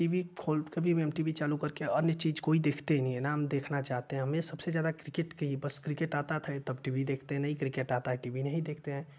T V खोल कभी भी हम टी वी चालू करके अन्य चीज़ कोई देखते नहीं है और न हम देखना चाहते हैं हमें सबसे ज़्यादा क्रिकेट के ही बस क्रिकेट आता था तब टी वी देखते हैं नहीं क्रिकेट आता है टी वी नहीं देखते हैं